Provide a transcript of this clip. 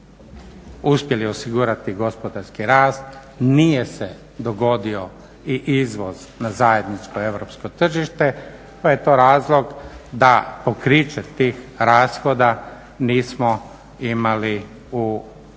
uspjeli osigurati gospodarski rast, nije se dogodio i izvoz na zajedničko europsko tržište pa je to razlog da pokriće tih rashoda nismo imali u većem